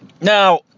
Now